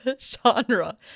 genre